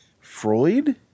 Freud